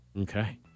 Okay